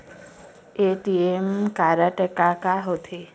ATM card हा का होते?